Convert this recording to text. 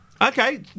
Okay